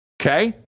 okay